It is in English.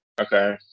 okay